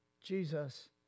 Jesus